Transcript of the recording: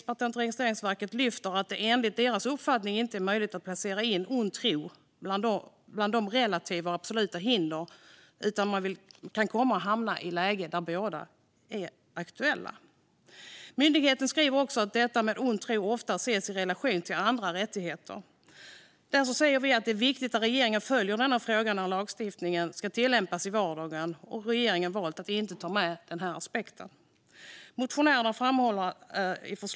PRV lyfter att det enligt deras uppfattning inte är möjligt att placera in ond tro bland de relativa eller absoluta hindren, utan man kan komma att hamna i ett läge där båda är aktuella. Myndigheten skriver också att detta med ond tro ofta ses i relation till andra rättigheter. Därför säger vi att det är viktigt att regeringen följer denna fråga när lagstiftningen ska tillämpas i vardagen. Regeringen har valt att inte ta med denna aspekt.